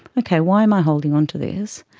okay, why am i holding onto this,